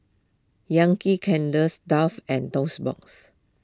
Yankee Candles Dove and Toast Box